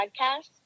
podcast